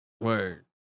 Word